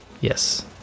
Yes